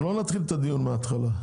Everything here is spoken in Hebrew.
אנחנו לא נתחיל את הדיון מהתחלה.